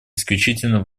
исключительно